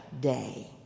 Day